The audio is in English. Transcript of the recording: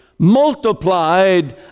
multiplied